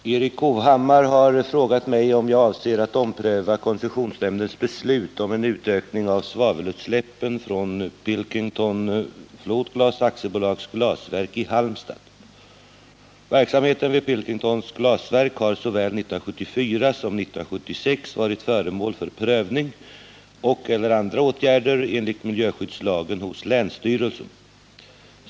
Herr talman! Erik Hovhammar har frågat mig, om jag avser att ompröva koncessionsnämndens beslut om en utökning av svavelutsläppen från Pilkington Floatglas Aktiebolags glasverk i Halmstad. Verksamheten vid Pilkingtons glasverk har såväl 1974 som 1976 varit föremål för prövning och/eller andra åtgärder enligt miljöskyddslagen hos länsstyrelsen.